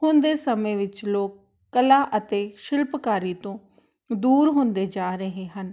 ਹੁਣ ਦੇ ਸਮੇਂ ਵਿੱਚ ਲੋਕ ਕਲਾ ਅਤੇ ਸ਼ਿਲਪਕਾਰੀ ਤੋਂ ਦੂਰ ਹੁੰਦੇ ਜਾ ਰਹੇ ਹਨ